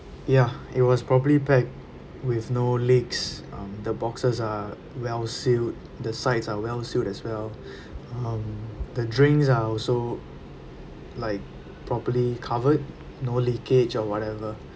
ya it was properly pack with no leaks um the boxes are well sealed the sides are well sealed as well um the drinks are also like properly covered no leakage or whatever